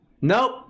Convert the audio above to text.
Nope